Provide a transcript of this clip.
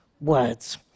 words